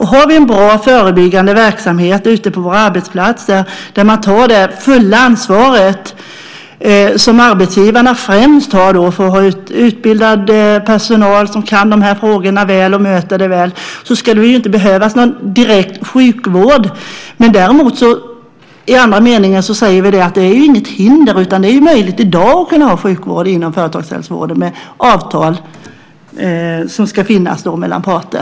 Har vi en bra förebyggande verksamhet ute på våra arbetsplatser där man tar det fulla ansvar som främst arbetsgivarna har för att ha utbildad personal som kan frågorna väl och möter detta väl ska det inte behövas någon direkt sjukvård. Däremot säger vi så att säga i nästa mening att det inte föreligger något hinder utan att det i dag är möjligt att ha sjukvård inom företagshälsovården genom de avtal som ska finnas mellan parter.